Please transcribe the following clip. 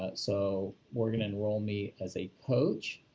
ah so we're gonna enroll me as a coach.